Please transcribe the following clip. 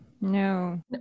no